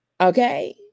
Okay